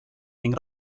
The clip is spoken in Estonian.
ning